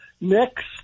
next